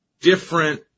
different